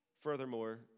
Furthermore